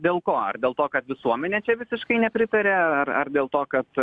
dėl ko ar dėl to kad visuomenė čia visiškai nepritaria ar ar dėl to kad